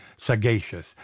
sagacious